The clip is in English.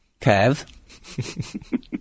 Kev